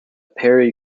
perry